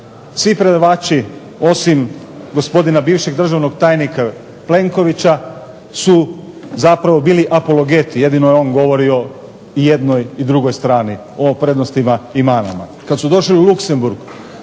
svi predavači osim gospodina bivšeg državnog tajnika Plenkovića su zapravo bili apologeti, jedino je on govorio i jednoj i drugoj strani o prednostima i manama. Kad su došli u Luksemburg